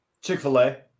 Chick-fil-A